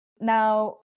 Now